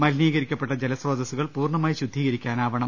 മലിനീകരിക്കപ്പെട്ട ജലസ്രോതസ്സു കൾ പൂർണമായി ശുദ്ധീകരിക്കാനാവണം